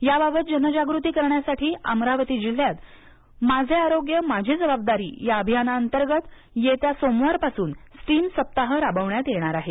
याबाबत जनजागृती करण्यासाठी अमरावती जिल्ह्यात माझे आरोग्य माझी जबाबदारी अभियानांतर्गत येत्या सोमवारपासून स्टीम सप्ताह राबविण्यात येणार आहे